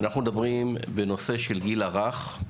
אנחנו מדברים בנושא של הגיל הרך,